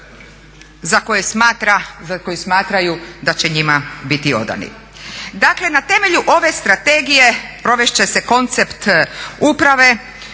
za koje smatraju da će njima biti odani. Dakle, na temelju ove strategije provest će se koncept uprave,